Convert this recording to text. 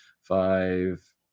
five